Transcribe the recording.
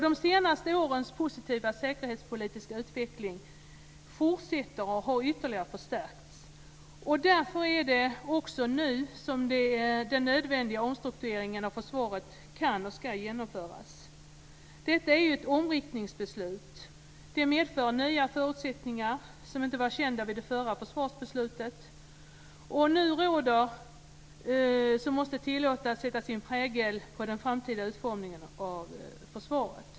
De senaste årens positiva säkerhetspolitiska utveckling fortsätter och har ytterligare förstärkts. Därför är det nu som den nödvändiga omstruktureringen kan, och ska, genomföras. Det är ju fråga om ett omriktningsbeslut. Det medför att nya förutsättningar - förutsättningar som inte var kända vid det förra försvarsbeslutet - nu råder som måste tillåtas sätta sin prägel på den framtida utformningen av försvaret.